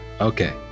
Okay